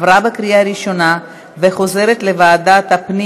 התקבלה בקריאה ראשונה ומוחזרת לוועדת הפנים